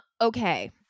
Okay